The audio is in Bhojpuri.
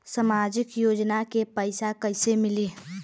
सामाजिक योजना के पैसा कइसे मिली?